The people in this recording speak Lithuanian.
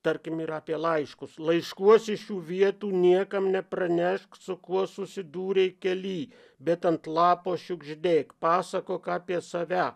tarkim yra apie laiškus laiškuos iš šių vietų niekam nepranešk su kuo susidūrei kelyj bet ant lapo šiugždėk pasakok apie save